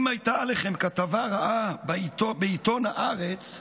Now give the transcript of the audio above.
אם הייתה עליכם כתבה רעה בעיתון הארץ,